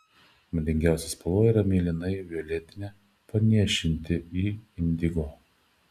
madingiausia spalva yra mėlynai violetinė panėšinti į indigo